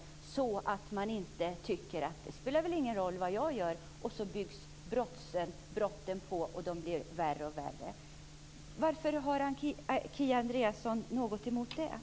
Det handlar om att ungdomarna inte skall tycka att det inte spelar någon roll vad de gör; då byggs brotten på och blir värre och värre. Varför har Kia Andreasson något emot detta?